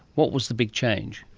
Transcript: what was the big change?